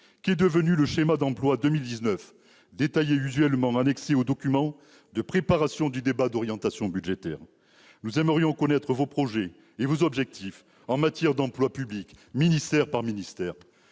Qu'est devenu le schéma d'emplois 2019, usuellement annexé aux documents de préparation du débat d'orientation budgétaire ? Nous aimerions connaître vos projets et vos objectifs en matière d'emplois publics, ministère par ministère.